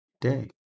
day